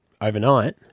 Overnight